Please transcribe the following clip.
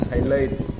Highlight